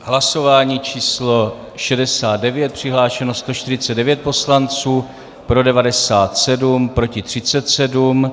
V hlasování číslo 69 přihlášeno 149 poslanců, pro 97, proti 37.